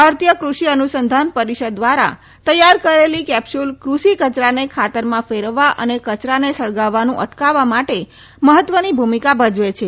ભારતીય ક્રષિ અનુસંધાન પરિષદ દ્વારા તૈયાર કરાયેલી કેપ્ચ્યુલ્સ ક઼ષિ કચરને ખાતરમાં ફેરવવા અને સળગાવવાનું અટકાવવા માટે મહત્વની ભૂમિકા ભજવે છે